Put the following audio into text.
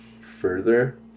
further